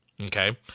okay